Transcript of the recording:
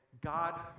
God